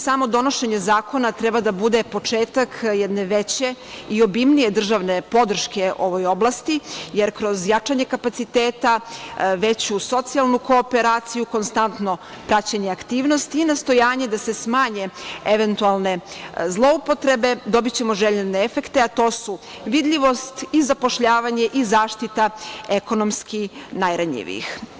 Samo donošenje zakona treba da bude početak jedne veće i obimnije državne podrške ovoj oblasti, jer kroz jačanje kapaciteta, veću socijalnu kooperaciju konstantno praćenje aktivnosti i nastojanje da se smanje eventualne zloupotrebe, dobićemo željene efekte, a to su vidljivost i zapošljavanje i zaštita ekonomski najranjivijih.